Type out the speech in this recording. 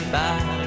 back